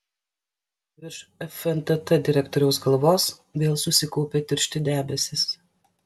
virš fntt direktoriaus galvos vėl susikaupė tiršti debesys